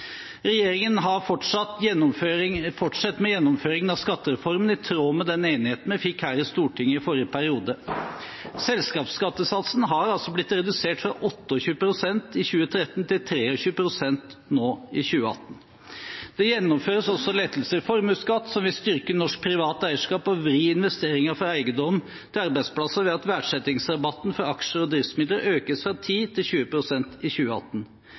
Regjeringen fortsetter gjennomføringen av skattereformen i tråd med enigheten vi fikk i Stortinget i forrige periode. Selskapsskattesatsen har blitt redusert fra 28 pst. i 2013 til 23 pst. i 2018. Det gjennomføres også lettelser i formuesskatten, som vil styrke norsk privat eierskap og vri investeringene fra eiendom til arbeidsplasser ved at verdsettingsrabatten for aksjer og driftsmidler økes fra 10 pst. til 20 pst. i 2018.